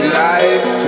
life